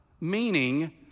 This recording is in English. Meaning